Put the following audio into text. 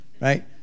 Right